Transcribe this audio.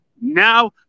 Now